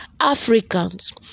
africans